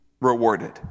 rewarded